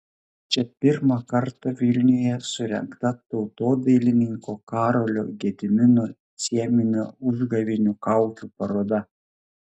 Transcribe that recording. čia pirmą kartą vilniuje surengta tautodailininko karolio gedimino cieminio užgavėnių kaukių paroda